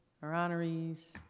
our honorees,